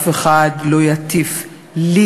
אף אחד לא יטיף לי,